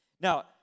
Now